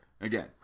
again